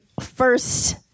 first